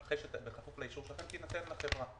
בכפוף לאישור שלכם, תינתן לחברה.